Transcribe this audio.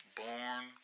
born